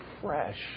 fresh